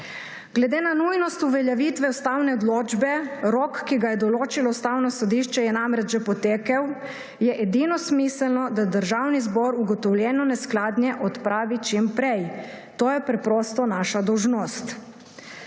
Glede na nujnost uveljavitve ustavne odločbe – rok, ki ga je določilo Ustavno sodišče, je namreč že potekel – je edino smiselno, da Državni zbor ugotovljeno neskladje odpravi čim prej. To je preprosto naša dolžnost.